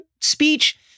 speech